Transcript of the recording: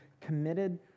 committed